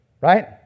Right